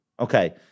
Okay